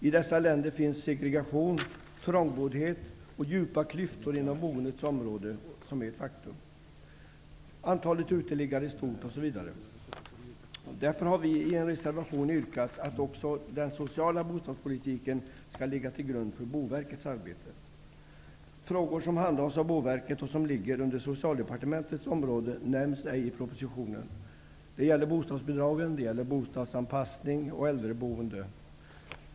I dessa länder finns segregation, trångboddhet och djupa klyftor inom boendets område som ett faktum. Antalet uteliggare är stort osv. Därför har vi i en reservation yrkat att också den sociala bostadspolitiken skall ligga till grund för Frågor som handhas av Boverket och som ligger under Socialdepartementets område nämns ej i propositionen. Det gäller bostadsbidragen, bostadsanpassning och äldreboende.